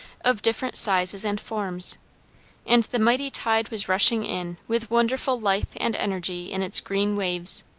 of different sizes and forms and the mighty tide was rushing in with wonderful life and energy in its green waves.